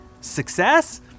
Success